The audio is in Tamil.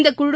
இந்த குழு